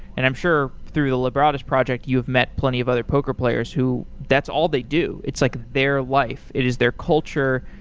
and i'm sure through the lebradas project, you've met plenty of other poker players who that's all they do. it's like their life. it is their culture.